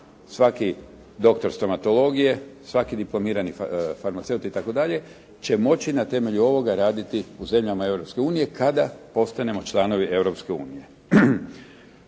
svaki doktor stomatologije, svaki diplomirani farmaceut itd. će moći na temelju ovoga raditi u zemljama Europske unije kada postanemo članovi